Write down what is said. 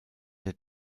der